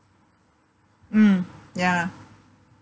mm ya lah